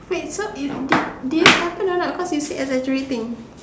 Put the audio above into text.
so it's did did this happen a lot because you said exaggerating